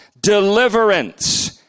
deliverance